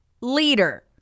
leader